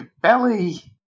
belly